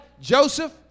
Joseph